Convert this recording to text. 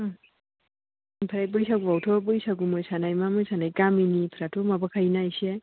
उम आमफ्राय बैसागुआवथ' बैसागु मोसानाय मा मोसनाय गामिनिफ्राथ' माबाखायोना एसे